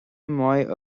maith